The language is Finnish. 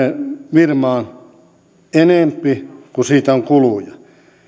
firmaan enempi kuin siitä on kuluja